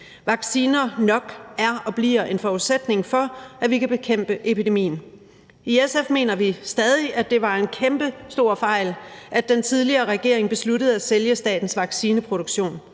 vacciner er og bliver en forudsætning for, at vi kan bekæmpe epidemien. I SF mener vi stadig, at det var en kæmpestor fejl, at den tidligere regering besluttede at sælge statens vaccineproduktion.